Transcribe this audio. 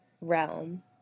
realm